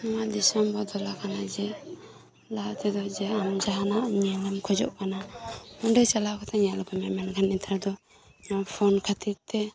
ᱱᱚᱶᱟ ᱫᱤᱥᱚᱢ ᱵᱚᱫᱚᱞ ᱟᱠᱟᱱᱟ ᱡᱮ ᱞᱟᱦᱟ ᱛᱮᱫᱚ ᱡᱟ ᱟᱢ ᱡᱟᱦᱟᱱᱟᱜ ᱟᱢ ᱧᱮᱞ ᱮᱢ ᱠᱷᱚᱡᱚᱜ ᱠᱟᱱᱟ ᱚᱸᱰᱮ ᱪᱟᱞᱟᱣ ᱠᱟᱛᱮ ᱧᱮᱞ ᱟᱜᱩᱭ ᱢᱮ ᱢᱮᱱᱠᱷᱟᱱ ᱱᱮᱛᱟᱨ ᱫᱚ ᱱᱚᱶᱟ ᱯᱷᱳᱱ ᱠᱷᱟᱹᱛᱤᱨ ᱛᱮ